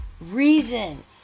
reason